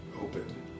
open